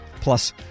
Plus